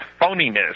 phoniness